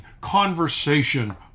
conversation